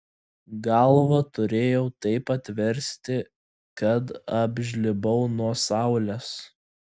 galvą turėjau taip atversti kad apžlibau nuo saulės